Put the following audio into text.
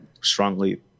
strongly